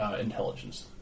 intelligence